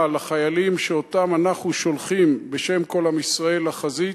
לחיילים שאנחנו שולחים בשם כל עם ישראל לחזית,